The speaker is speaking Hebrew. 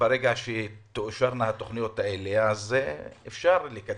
כאשר תאושרנה התוכניות האלה אפשר יהיה אחרי